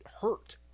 hurt